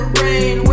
rain